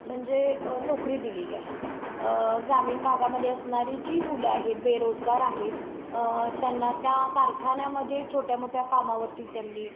म्हणजे नोकरी दिलेली आहे ग्रामीण भागामध्येे असनी जी मुलं आहेत बेरोजगार आहेत त्यांना त्या कारखाण्यामध्ये छोट्या मोठ्या कामावरती त्यांनी